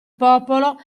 popolo